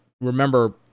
remember